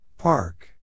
Park